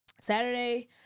Saturday